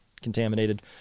contaminated